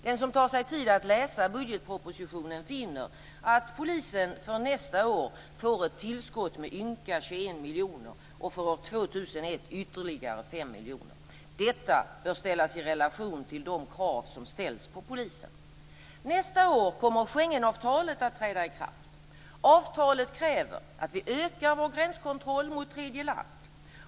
Den som tar sig tid att läsa budgetpropositionen finner att polisen för nästa år får ett tillskott med ynka 21 miljoner och för 2001 ytterligare 5 miljoner. Detta bör ställas i relation till de krav som ställs på polisen. Nästa år kommer Schengenavtalet att träda i kraft. I avtalet krävs att vi ökar vår gränskontroll mot tredje land.